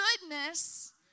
goodness